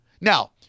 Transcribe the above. Now